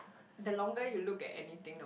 the longer you look at anything